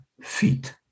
feet